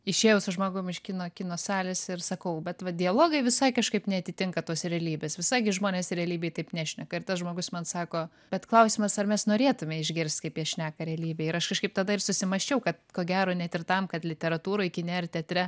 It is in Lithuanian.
išėjau su žmogum iš kino kino salės ir sakau bet va dialogai visai kažkaip neatitinka tos realybės visai gi žmonės realybėj taip nešneka ir tas žmogus man sako bet klausimas ar mes norėtume išgirst kaip jie šneka realybėj ir aš kažkaip tada ir susimąsčiau kad ko gero net ir tam kad literatūroj kine ar teatre